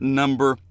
number